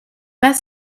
pas